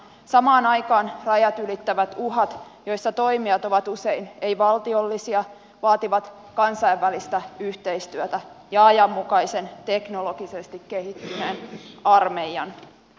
samaan aikaan rajat ylittävät uhat joissa toimijat ovat usein ei valtiollisia vaativat kansainvälistä yhteistyötä ja ajanmukaisen teknologisesti kehittyneen armeijan